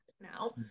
Now